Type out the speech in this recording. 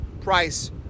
price